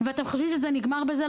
ואתם חושבים שזה נגמר בזה?